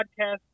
Podcast